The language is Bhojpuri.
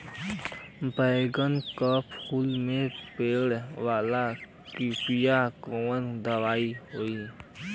बैगन के फल में पड़े वाला कियेपे कवन दवाई होई?